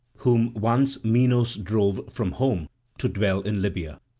whom once minos drove from home to dwell in libya,